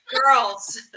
Girls